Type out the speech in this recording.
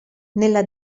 nella